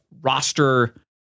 roster